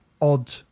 odd